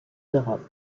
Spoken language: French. d’europe